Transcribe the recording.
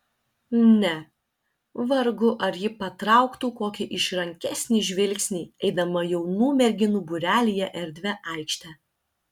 ne vargu ar ji patrauktų kokį išrankesnį žvilgsnį eidama jaunų merginų būrelyje erdvia aikšte